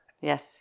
Yes